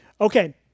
Okay